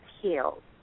healed